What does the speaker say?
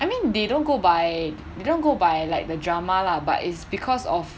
I mean they don't go by they don't go by like the drama lah but it's because of